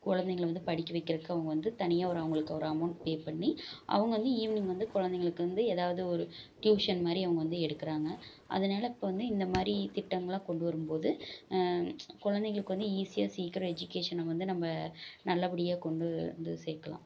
குழந்தைங்கள வந்து படிக்க வைக்கிறக்கு அவங்க வந்து தனியாக ஒரு அவங்களுக்கு ஒரு அமௌண்ட் பே பண்ணி அவங்க வந்து ஈவினிங் வந்து குழந்தைகளுக்கு வந்து ஏதாவது ஒரு டியூஷன் மாதிரி அவங்க வந்து எடுக்கிறாங்க அதனால் இப்போ வந்து இந்த மாதிரி திட்டம்லாம் கொண்டு வரும் போது குழந்தைகளுக்கு வந்து ஈஸியாக சீக்கிரம் எஜிகேஷனை வந்து நம்ம நல்ல படியாக கொண்டு வந்து சேக்கலாம்